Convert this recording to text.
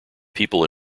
people